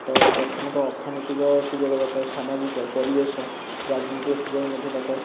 ପ୍ରଥମତଃ ଅର୍ଥନୀତିକ ସୁଯୋଗ ଦରକାର ସାମାଜିକ ପରିବେଶ ରାଜନୀତିକ ସୁଯୋଗ ମଧ୍ୟ ଦରକାର